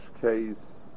case